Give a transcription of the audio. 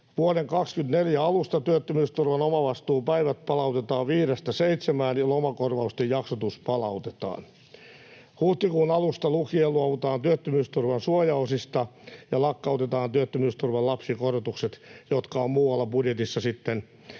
Vuoden 24 alusta työttömyysturvan omavastuupäivät palautetaan viidestä seitsemään ja lomakorvausten jaksotus palautetaan. Huhtikuun alusta lukien luovutaan työttömyysturvan suojaosista ja lakkautetaan työttömyysturvan lapsikorotukset, jotka on muualla budjetissa sitten